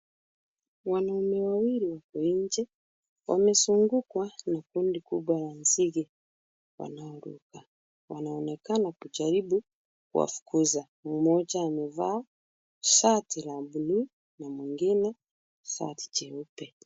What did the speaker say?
Wanaume wawili wako nje. Wamezungukwa na kundi kubwa la nzige wanaoruka. Wanaonekana kujaribu kuwafukuza. Mmoja amevaa shati la blue na mwingine shati jeupe.